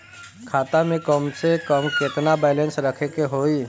खाता में कम से कम केतना बैलेंस रखे के होईं?